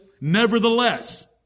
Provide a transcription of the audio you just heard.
Nevertheless